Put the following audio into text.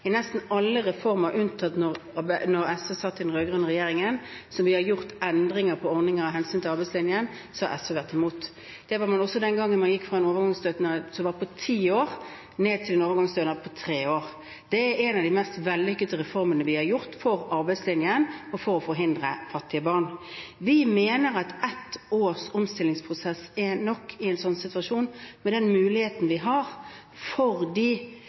har SV vært imot. Det var de også den gang man gikk fra en overgangsstønad på ti år til en overgangsstønad på tre år. Det er en av de mest vellykkede reformene vi har gjort for arbeidslinjen og for å forhindre at barn blir fattige. Vi mener at ett års omstillingsprosess er nok i en sånn situasjon, med den muligheten vi har for